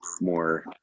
more